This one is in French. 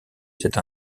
cette